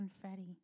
confetti